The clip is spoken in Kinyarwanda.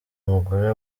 umugore